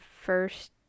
first